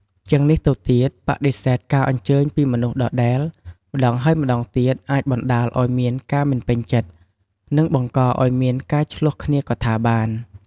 ជាងនេះទៅទៀត បដិសេធការអញ្ជើញពីមនុស្សដដែល ម្តងហើយម្តងទៀតអាចបណ្តាលឱ្យមានការមិនពេញចិត្ត និងបង្កអោយមានការឈ្លោះគ្នាក៍ថាបាន។